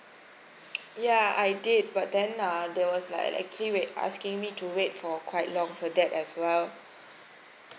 ya I did but then uh there was like actually asking me to wait for quite long for that as well